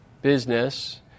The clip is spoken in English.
business